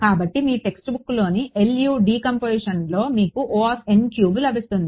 కాబట్టి మీ టెక్స్ట్ బుక్లోని LU డీకంపోసిషన్లో మీకు లభిస్తుంది